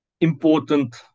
important